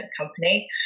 company